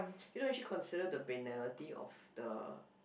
you don't actually consider the banality of the